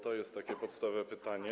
To jest takie podstawowe pytanie.